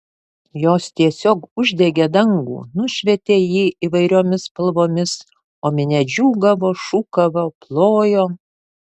jos tiesiog uždegė dangų nušvietė jį įvairiomis spalvomis o minia džiūgavo šūkavo plojo